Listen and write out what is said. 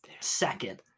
Second